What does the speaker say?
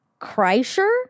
Kreischer